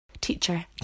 teacher